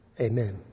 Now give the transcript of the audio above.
Amen